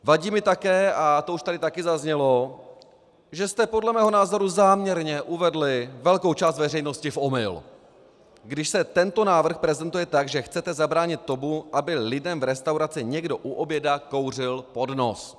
Vadí mi také, a to už tady taky zaznělo, že jste podle mého názoru záměrně uvedli velkou část veřejnosti v omyl, když se tento návrh prezentuje tak, že chcete zabránit tomu, aby lidem v restauraci někdo u oběda kouřil pod nos.